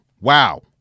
Wow